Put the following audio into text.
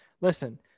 Listen